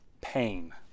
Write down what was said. pain